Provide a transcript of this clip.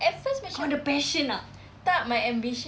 kau ada passion tak